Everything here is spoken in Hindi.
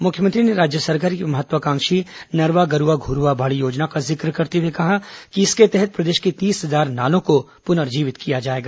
मुख्यमंत्री ने राज्य सरकार की महत्वाकांक्षी नरवा गरूवा घुरूवा बाड़ी योजना का जिक्र करते हुए कहा कि इसके तहत प्रदेश के तीस हजार नालों को पुनर्जीवित किया जाएगा